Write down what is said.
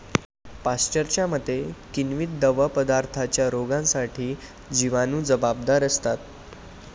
पाश्चरच्या मते, किण्वित द्रवपदार्थांच्या रोगांसाठी जिवाणू जबाबदार असतात